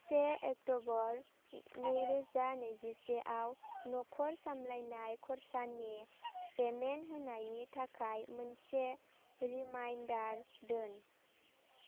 से अक्ट'बर नैरोजा नैजिसेआव न'खर सामलायनाय खर्सानि पेमेन्ट होनायनि थाखाय मोनसे रिमाइन्डार दोन